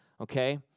okay